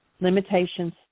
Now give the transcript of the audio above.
limitations